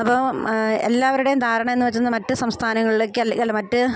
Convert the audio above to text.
അപ്പം എല്ലാവരുടെയും ധാരണ എന്ന് വെച്ചെന്നാൽ മറ്റ് സംസ്ഥാനങ്ങളിലേക്ക് അല്ലേ അല്ല മറ്റ്